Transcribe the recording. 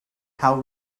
how